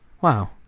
Wow